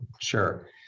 sure